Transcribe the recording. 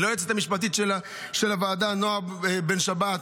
וליועצת המשפטית של הוועדה, נועה בן שבת.